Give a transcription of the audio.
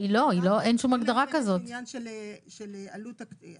אין כאן עניין של עלות תקציבית.